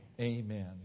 amen